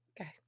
okay